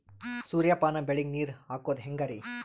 ಸೂರ್ಯಪಾನ ಬೆಳಿಗ ನೀರ್ ಹಾಕೋದ ಹೆಂಗರಿ?